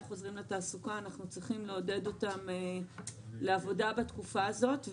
חוזרים לתעסוקה אנחנו צריכים לעודד אותם לעבודה בתקופה הזאת.